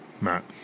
Matt